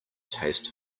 taste